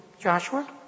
Joshua